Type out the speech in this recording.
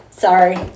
Sorry